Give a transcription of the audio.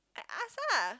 I ask ah